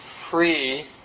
free